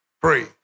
Pray